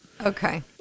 Okay